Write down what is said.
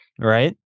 Right